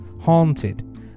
Haunted